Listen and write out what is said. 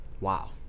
Wow